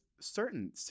certain –